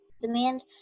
demand